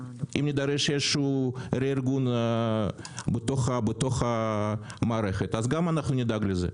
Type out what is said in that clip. אם יידרש איזשהו רה-ארגון בתוך המערכת אז גם אנחנו נדאג לזה.